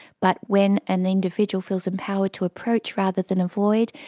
but when an individual feels empowered to approach rather than avoid,